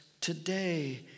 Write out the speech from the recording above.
today